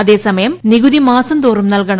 അതേസമയം നികുതി മാസംതോറും നൽകണം